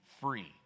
free